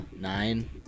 nine